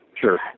Sure